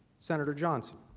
senator johnson.